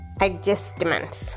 adjustments